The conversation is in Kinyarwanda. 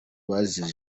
bazize